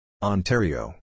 Ontario